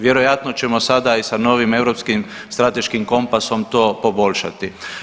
Vjerojatno ćemo sada i sa novim europskim strateškim kompasom to poboljšati.